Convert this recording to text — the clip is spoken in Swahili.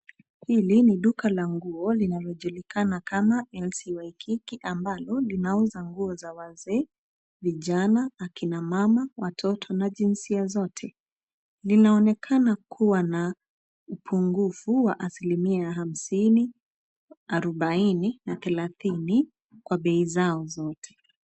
Hili ni duka la nguo linalojulikana kama LC WAIKIKI ambalo linauza nguo za wzee, vijana, akina mama, watoto na jinsia zote. Linaonekana kuwa na upungufu wa asilimia hasini, arobaini na thelathini kwa bei zao zote.